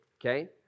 okay